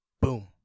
Boom